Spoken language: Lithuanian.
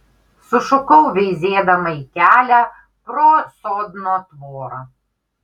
sušukau veizėdama į kelią pro sodno tvorą